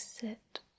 sit